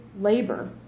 labor